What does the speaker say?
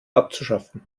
abzuschaffen